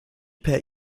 per